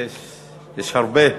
יש, יש, יש הרבה.